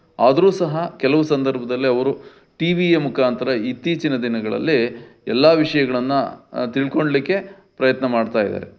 ಆದರೂ ಸಹ ಕೆಲವು ಸಂದರ್ಭದಲ್ಲಿ ಅವರು ಟಿ ವಿಯ ಮುಖಾಂತರ ಇತ್ತೀಚಿನ ದಿನಗಳಲ್ಲಿ ಎಲ್ಲ ವಿಷಯಗಳನ್ನು ತಿಳ್ಕೊಳ್ಳಲಿಕ್ಕೆ ಪ್ರಯತ್ನ ಮಾಡ್ತಾ ಇದ್ದಾರೆ